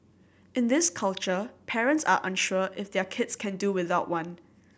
in this culture parents are unsure if their kids can do without one